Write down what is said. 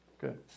good